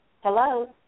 Hello